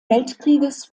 weltkrieges